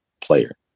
player